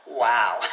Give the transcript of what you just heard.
Wow